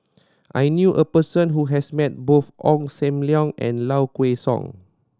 I knew a person who has met both Ong Sam Leong and Low Kway Song